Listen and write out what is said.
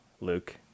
Luke